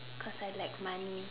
because I like money